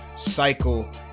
Cycle